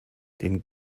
den